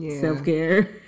self-care